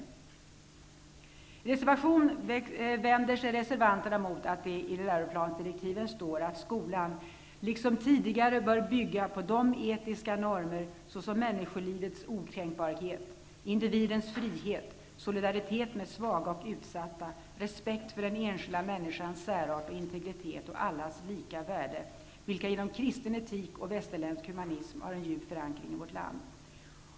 I reservation 6 vänder sig reservanterna mot att det i läroplansdirektiven står att skolan ''liksom tidigare bör bygga på de etiska normer, såsom människolivets okränkbarhet, individens frihet, solidaritet med svaga och utsatta, respekt för den enskilda människans särart och integritet och allas lika värde, vilka genom kristen etik och västerländsk humanism har en djup förankring i vårt land''.